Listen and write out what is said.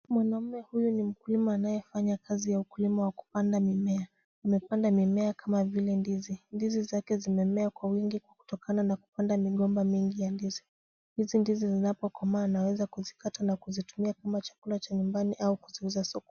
Mwanaume huyu ni mkulima anayefanya kazi ya ukulima wa kupanda mimea, anapanda mimea kama vile ndizi, ndizi zake zimemea kwa wingi kwa kutokana na kupanda migomba mingi ya ndizi, hizi ndizi zinapokomaa anaweza kuzikata na kuzitumia kama chakula cha nyumbani au kuziuza sokoni.